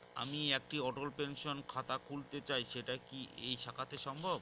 আমি একটি অটল পেনশন খাতা খুলতে চাই সেটা কি এই শাখাতে সম্ভব?